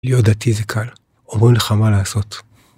להיות דתי זה קל, אומרים לך מה לעשות.